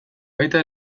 baita